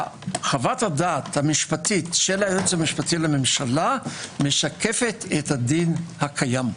חוות הדעת המשפטית של היועץ המשפטי לממשלה משקפת את הדין הקיים.